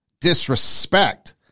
Disrespect